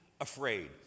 afraid